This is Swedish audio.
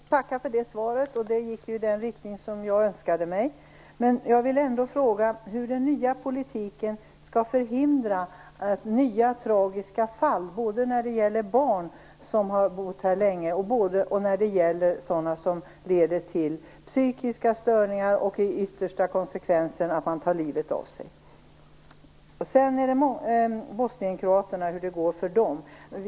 Herr talman! Jag tackar för det svaret. Det gick i den riktning som jag önskade mig. Jag vill ändå fråga hur den nya politiken skall förhindra nya, tragiska fall, både när det gäller barn som har bott här länge och när det gäller sådana fall där det uppstår psykiska störningar och där en yttersta konsekvens kan bli att människor tar livet av sig. Sedan vill jag fråga om bosnienkroaterna och om hur det går för dem.